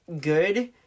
good